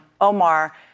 Omar